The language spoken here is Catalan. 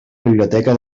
biblioteca